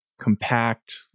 compact